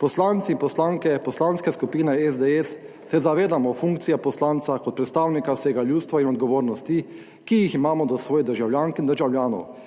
poslanci in poslanke Poslanske skupine SDS se zavedamo funkcije poslanca kot predstavnika vsega ljudstva in odgovornosti, ki jih imamo do svojih državljank in državljanov,